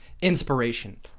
inspiration